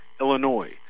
Illinois